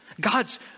God's